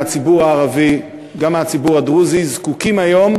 הציבור הערבי וגם הציבור הדרוזי זקוקים היום